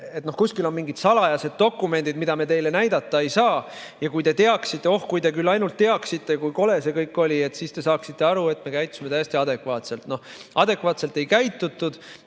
et kuskil on mingid salajased dokumendid, mida me teile näidata ei saa, ja oh, kui te ainult teaksite, kui kole see kõik oli, siis te saaksite aru, et me käitusime täiesti adekvaatselt. Adekvaatselt ei käitutud